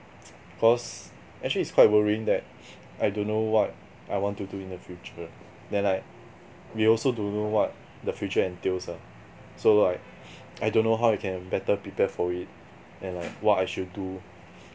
because actually it's quite worrying that I don't know what I want to do in the future then like we also don't know what the future entails lah so like I don't know how we can better prepare for it and like what I should do